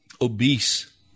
obese